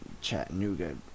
Chattanooga